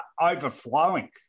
overflowing